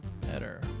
better